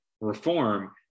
reform